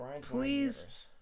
please